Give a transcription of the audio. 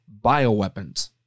bioweapons